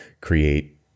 create